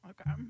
Okay